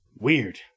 Weird